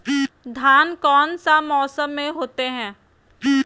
धान कौन सा मौसम में होते है?